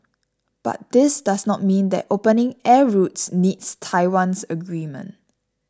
but this does not mean that opening air routes needs Taiwan's agreement